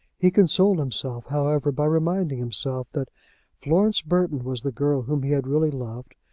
he consoled himself, however, by reminding himself that florence burton was the girl whom he had really loved,